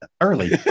early